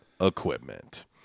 Equipment